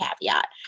caveat